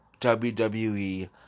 WWE